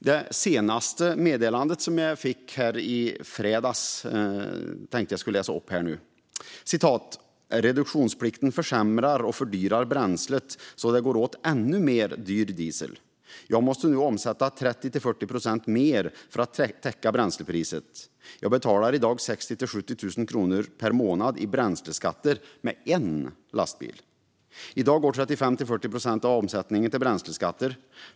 Det senaste meddelandet, som jag fick i fredags, tänkte jag läsa upp här nu: Reduktionsplikten försämrar och fördyrar bränslet, så det går åt ännu mer dyr diesel. Jag måste nu omsätta 30-40 procent mer för att täcka bränslepriset. Jag betalar i dag 60 000-70 000 kronor per månad i bränsleskatter med en lastbil. I dag går 35-40 procent av omsättningen till bränsleskatter.